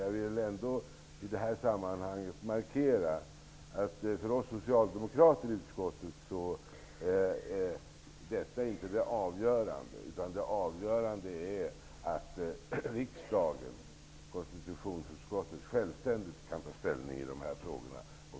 Jag vill ändå i det sammanhanget markera att det inte är detta som är avgörande för oss socialdemokrater i utskottet, utan det är att riksdagen, konstitutionsutskottet, självständigt kan ta ställning i de här frågorna.